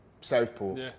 Southport